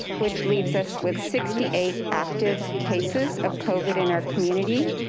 which leaves us with sixty eight active cases of covid in our community.